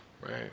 Right